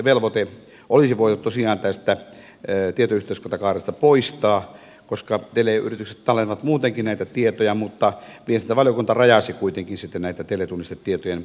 tallennusvelvoite olisi voitu tosiaan tästä tietoyhteiskuntakaaresta poistaa koska teleyritykset tallentavat muutenkin näitä tietoja mutta viestintävaliokunta rajasi kuitenkin sitten teletunnistetietojen tallennusvelvoitetta